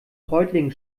reutlingen